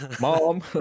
Mom